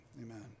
Amen